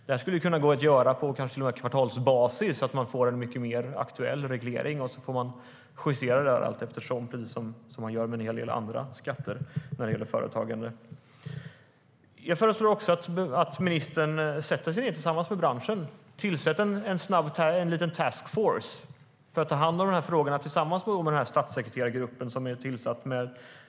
Det skulle kunna gå att göra på kanske några kvartals basis så att man får en mycket mer aktuell reglering. Sedan får man justera det allteftersom, precis som man gör med en hel del andra skatter när det gäller företagande. Jag föreslår att ministern sätter sig ned tillsammans med branschen och tillsätter en liten task force för att ta hand om de frågorna tillsammans med statssekreterargruppen som är tillsatt.